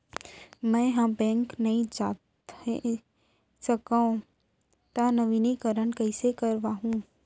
मैं ह बैंक नई जाथे सकंव त नवीनीकरण कइसे करवाहू?